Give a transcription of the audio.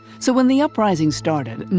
so when the uprising started,